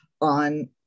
on